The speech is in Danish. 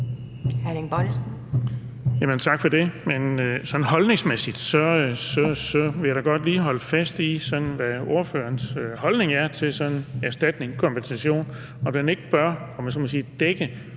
Tak for det. Sådan holdningsmæssigt vil jeg da godt lige holde fast i det med, hvad ordførerens holdning er til erstatning, kompensation, og om man ikke